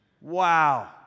Wow